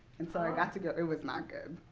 and so i got to go it was not good.